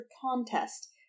contest